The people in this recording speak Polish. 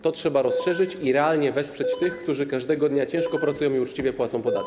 To trzeba rozszerzyć i realnie wesprzeć tych, którzy każdego dnia ciężko pracują i uczciwe płacą podatki.